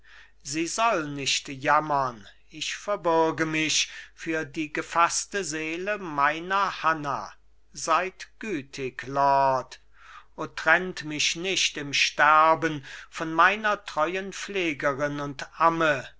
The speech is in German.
sie soll nicht jammern ich verbürge mich für die gefaßte seele meiner hanna seid gütig lord o trennt mich nicht im sterben von meiner treuen pflegerin und